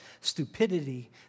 stupidity